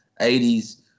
80s